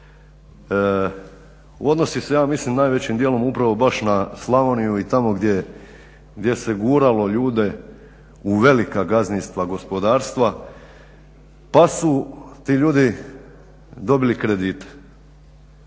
odnosi se ja mislim najvećim dijelom upravo baš na Slavoniju i tamo gdje se guralo ljude u velika gazdinstva, gospodarstva pa su ti ljudi dobili kredite.